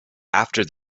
after